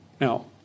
Now